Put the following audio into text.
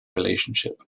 relationship